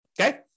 okay